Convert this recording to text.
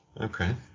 Okay